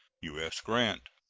u s. grant.